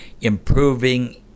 improving